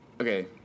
okay